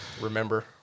remember